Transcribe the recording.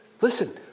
Listen